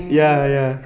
ya ya